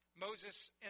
Moses